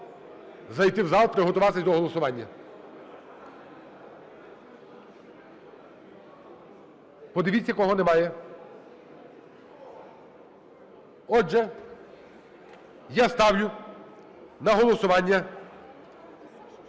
зайти в зал і приготуватись до голосування. Подивіться, кого немає. Отже, я ставлю на голосування